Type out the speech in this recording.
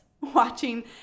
watching